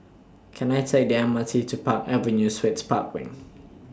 Can I Take The M R T to Park Avenue Suites Park Wing